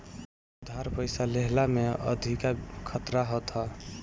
उधार पईसा लेहला में अधिका खतरा होत हअ